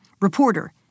Reporter